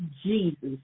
Jesus